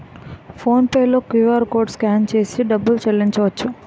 phone pay లో QR code scan చేసి డబ్బులు చెల్లించవచ్చు